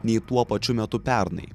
nei tuo pačiu metu pernai